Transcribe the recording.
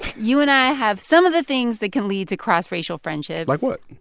you and i have some of the things that can lead to cross-racial friendships like what?